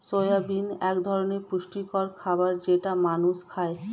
soybean এক ধরনের পুষ্টিকর খাবার যেটা মানুষ খায়